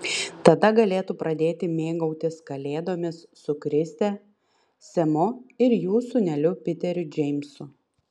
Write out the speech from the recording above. tada galėtų pradėti mėgautis kalėdomis su kriste semu ir jų sūneliu piteriu džeimsu